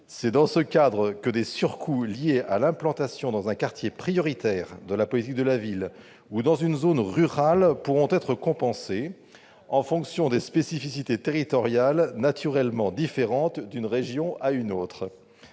c'est dans ce cadre que des surcoûts liés à l'implantation dans un quartier prioritaire de la politique de la ville ou dans une zone rurale pourront être compensés, en fonction de spécificités territoriales naturellement différentes d'une région à une autre.